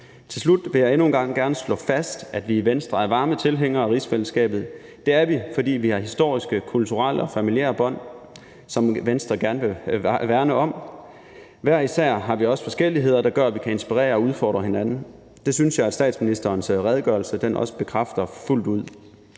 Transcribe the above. Til slut vil jeg endnu en gang gerne slå fast, at vi i Venstre er varme tilhængere af rigsfællesskabet. Det er vi, fordi vi har historiske, kulturelle og familiære bånd, som Venstre gerne vil værne om. Hver især har vi også forskelligheder, der gør, at vi kan inspirere og udfordre hinanden. Det synes jeg også at statsministerens redegørelse bekræfter fuldt ud.